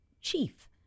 chief